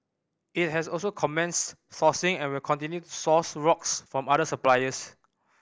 it has also commenced sourcing and will continue to source rocks from other suppliers